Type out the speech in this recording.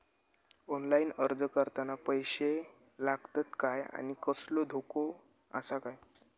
Online अर्ज करताना पैशे लागतत काय आनी कसलो धोको आसा काय?